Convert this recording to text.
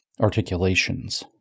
articulations